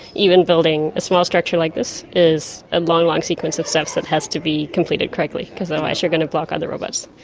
even building a small structure like this is a and long, long sequence of steps that has to be completed correctly because otherwise you're going to block other robots.